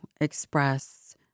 express